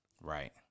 Right